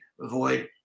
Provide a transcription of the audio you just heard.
avoid